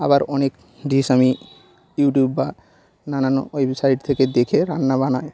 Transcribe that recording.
আবার অনেক ডিশ আমি ইউটিউব বা নানান ওয়েবসাইট থেকে দেখে রান্না বানায়